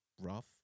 rough